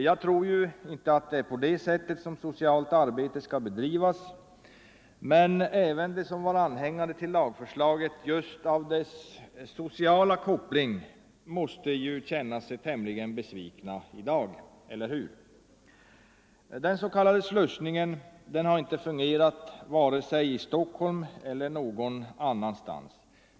Jag tror ju inte att det är på det sättet som socialt arbete skall bedrivas, men även de som var anhängare till lagförslaget just på grund av dess sociala koppling måste ju känna sig tämligen besvikna i dag, eller hur? Den s.k. slussningen har ju inte fungerat vare sig i Stockholm eller någon annanstans.